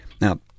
Now